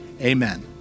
amen